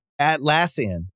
Atlassian